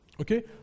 Okay